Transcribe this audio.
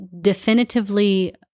definitively